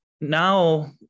now